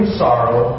sorrow